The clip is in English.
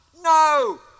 no